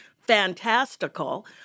fantastical